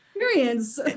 Experience